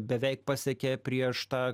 beveik pasiekė prieš tą